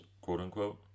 quote-unquote